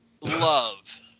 love